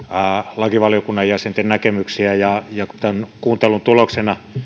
lakivaliokunnan jäsenten näkemyksiä ja kun tämän kuuntelun tuloksena